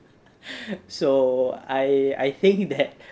so I I think that